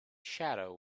shadow